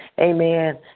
Amen